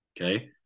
Okay